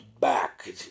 back